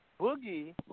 Boogie